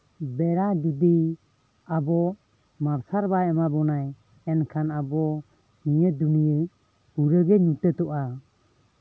ᱵᱮᱲᱟ ᱡᱚᱫᱤ ᱟᱵᱚ ᱢᱟᱨᱥᱟᱞ ᱵᱟᱭ ᱮᱢᱟ ᱵᱚᱱᱟᱭ ᱮᱱᱠᱷᱟᱱ ᱟᱵᱚ ᱱᱤᱭᱟᱹ ᱫᱩᱱᱭᱟᱹ ᱯᱩᱨᱟᱹᱜᱮ ᱧᱩᱛᱟᱹᱛᱚᱜᱼᱟ